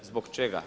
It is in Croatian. Zbog čega?